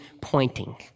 pointing